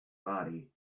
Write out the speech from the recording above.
body